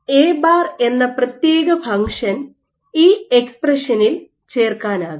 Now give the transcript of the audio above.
A bar A̅ എന്ന പ്രത്യേക function ഈ എക്സ്പ്രഷനിൽ ചേർക്കാനാകും